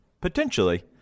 potentially